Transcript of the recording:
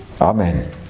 Amen